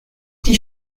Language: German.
die